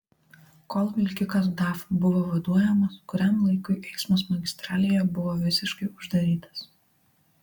kol vilkikas daf buvo vaduojamas kuriam laikui eismas magistralėje buvo visiškai uždarytas